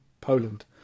Poland